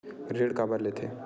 ऋण काबर लेथे?